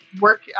work